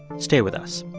stay with us